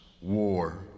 war